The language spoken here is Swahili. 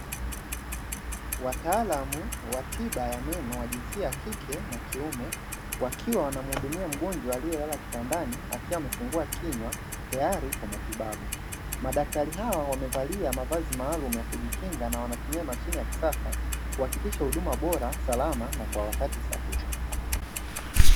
Wataalamu wa tiba ya meno wa jinsia ya kike na kiume, wakiwa wanamhudumia mgonjwa aliyelala kitandani akiwa amefungua kinywa tayari kwa matibabu. Madaktari hawa wamevalia mavazi maalumu ya kujikinga na wanatumia mashine ya kisasa , kuhakikisha huduma bora salama na kwa wakati sahihi.